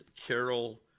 Carol